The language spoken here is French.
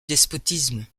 despotisme